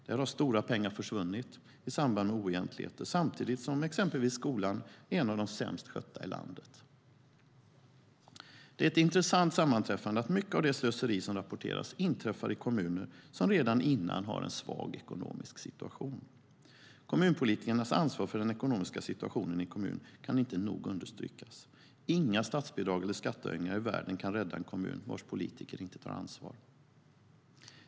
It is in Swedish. Där har stora pengar försvunnit i samband med oegentligheter samtidigt som exempelvis skolan är en av de sämst skötta i landet. Det är ett intressant sammanträffande att mycket av det slöseri som rapporteras inträffar i kommuner som redan tidigare har en svag ekonomisk situation. Kommunpolitikernas ansvar för den ekonomiska situationen i en kommun kan inte nog understrykas. Inga statsbidrag eller skattehöjningar i världen kan rädda en kommun vars politiker inte tar ansvar.